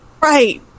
Right